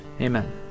amen